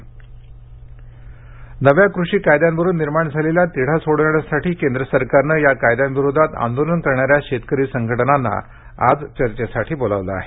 शेतकरी आमंत्रण नव्या कृषी कायद्यांवरून निर्माण झालेला तिढा सोडवण्यासाठी केंद्र सरकारनं या कायद्यांविरोधात आंदोलन करणाऱ्या शेतकरी संघटनांना आज चर्चेसाठी बोलावलं आहे